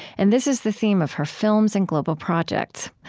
and this is the theme of her films and global projects.